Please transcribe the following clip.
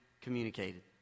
communicated